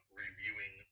reviewing